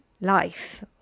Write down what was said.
life